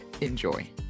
Enjoy